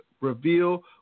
reveal